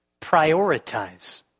prioritize